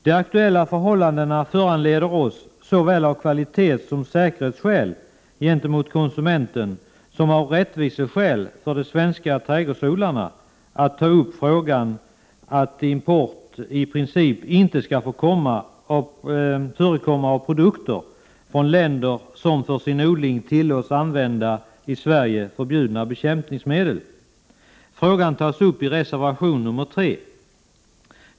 De aktuella förhållandena föranleder oss såväl av kvalitetsoch säkerhetsskäl gentemot konsumenten som av rättviseskäl med tanke på de svenska trädgårdsodlarna att ta upp frågan om att import i princip inte skall få förekomma av produkter från länder som för sin odling tillåts använda i Sverige förbjudna bekämpningsmedel. Frågan tas upp i reservation 3.